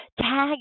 tag